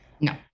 no